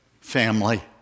family